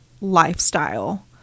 lifestyle